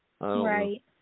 Right